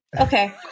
Okay